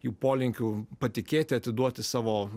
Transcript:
jų polinkiu patikėti atiduoti savo